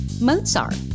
Mozart